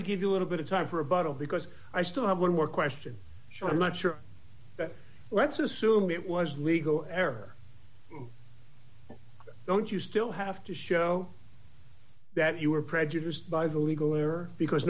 to give you a little bit of time for a bottle because i still have one more question sure i'm not sure but let's assume it was legal error don't you still have to show that you were prejudiced by the legal or because